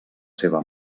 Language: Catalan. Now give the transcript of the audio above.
seva